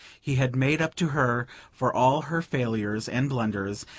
he had made up to her for all her failures and blunders,